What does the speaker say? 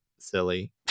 silly